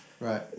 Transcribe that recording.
Right